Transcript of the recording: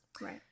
right